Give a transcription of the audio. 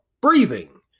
breathing